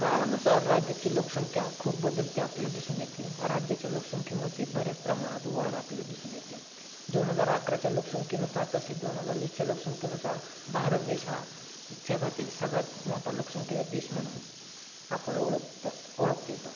काळानुसार राज्याची लोकसंख्या खूप बदलते आपल्याला दिसून येते राज्याच्या लोकसंख्येमद्दे बऱ्याच प्रमाणात वाढ आपल्याला दिसून येते दोन हजार अकराच्या लोकसंख्येनुसार तसेच दोन हजार वीसच्या लोकसंख्येनुसार भारत देश हा जगातील सगळ्यात मोठा लोकसंख्येचा देश म्हणून आपण ओळखतं ओळखता येतो